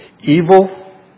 Evil